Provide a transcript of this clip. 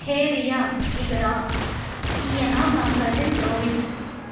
హే రియా ఇటు రా ఈయన మా కజిన్ రోహిత్